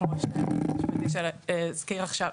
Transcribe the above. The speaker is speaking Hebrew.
כמו שהיועץ המשפטי הזכיר עכשיו,